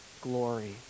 glory